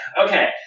Okay